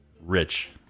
Rich